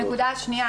הנקודה השנייה,